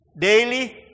Daily